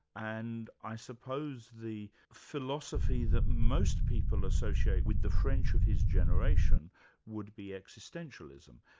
and i suppose the philosophy that most people associate with the french of his generation would be existentialism.